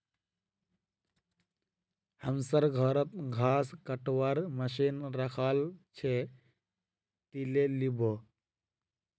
हमसर घरत घास कटवार मशीन रखाल छ, ती ले लिबो